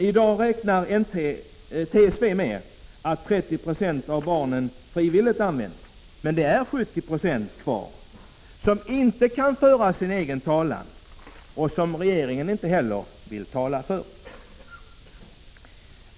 I dag räknar TSV med att 30 96 av barnen frivilligt använder bälte, men det är 70 20 kvar som inte kan föra sin egen talan och som regeringen inte vill tala för.